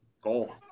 goal